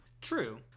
true